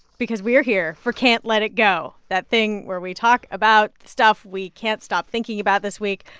because we are here for can't let it go that thing where we talk about stuff we can't stop thinking about this week,